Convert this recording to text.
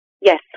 Yes